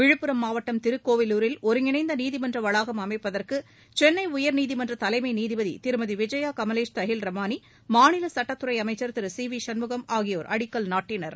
விழுப்புரம் மாவட்டம் திருக்கோவிலூரில் ஒருங்கிணைந்த நீதிமன்ற வளாகம் அமைப்பதற்கு சென்னை உயர்நீதிமன்ற தலைமை நீதிபதி திருமதி விஜயா கமலேஷ் தஹில் ரமானி மாநில சட்டத்துறை அமைச்சர் திரு சி வி சண்முகம் ஆகியோர் அடிக்கல் நாட்டினர்